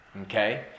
Okay